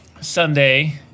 Sunday